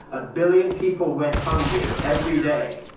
a billion people went hungry every day,